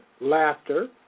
laughter